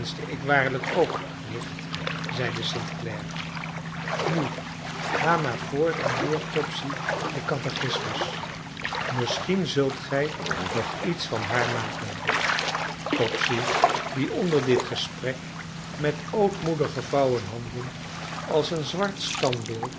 ik waarlijk ook nicht zeide st clare nu ga maar voort en leer topsy den catechismus misschien zult gij nog iets van haar maken topsy die onder dit gesprek met ootmoedig gevouwen handen als een zwart standbeeld